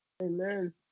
Amen